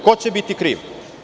Ko će biti kriv?